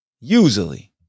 Usually